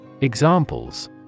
Examples